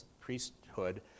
priesthood